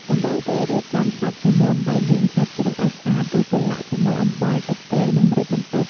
ដំបូងត្រូវរៀបចំសាច់ជាមុន ដោយលាងសាច់ជ្រូកឱ្យស្អាត រួចប្រឡាក់ជាមួយអំបិល ទឹកត្រី និងម្រេចបន្តិច។